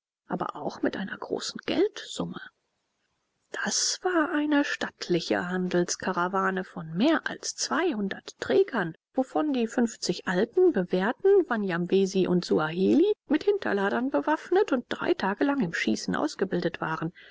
aber auch mit einer großen geldsumme das war eine stattliche handelskarawane von mehr als zweihundert trägern wovon die fünfzig alten bewährten wanjamwesi und suaheli mit hinterladern bewaffnet und drei tage lang im schießen ausgebildet waren